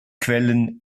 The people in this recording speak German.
quellen